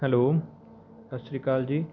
hello ਸਤਿ ਸ਼੍ਰੀ ਅਕਾਲ ਜੀ